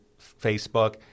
Facebook